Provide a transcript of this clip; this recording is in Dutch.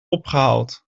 opgehaald